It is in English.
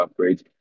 upgrades